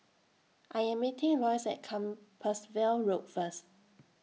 I Am meeting Loyce At Compassvale Road First